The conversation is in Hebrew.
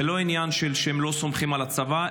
זה לא עניין של שהם לא סומכים על הצבא,